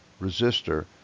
resistor